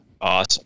Awesome